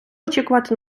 очікувати